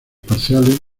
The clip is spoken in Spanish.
parciales